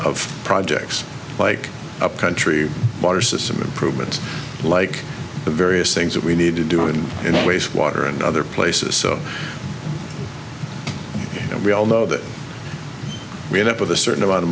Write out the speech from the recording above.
of projects like a country water system improvements like the various things that we need to do it in wastewater and other places so that we all know that we end up with a certain amount of